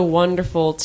wonderful